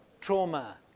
trauma